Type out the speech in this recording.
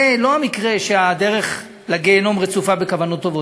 זה לא המקרה שהדרך לגיהינום רצופה בכוונות טובות.